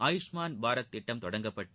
ஆயுஷ்மான் பாரத் திட்டம் தொடங்கப்பட்டு